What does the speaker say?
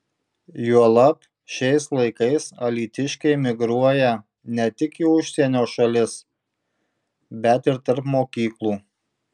juolab šiais laikais alytiškiai migruoja ne tik į užsienio šalis bet ir tarp mokyklų